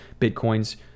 Bitcoin's